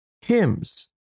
hymns